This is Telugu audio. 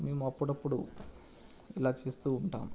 మేము అప్పుడప్పుడు ఇలా చేస్తు ఉంటాం